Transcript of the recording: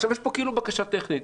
יש פה כאילו בקשה טכנית.